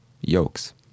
Yokes